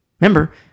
Remember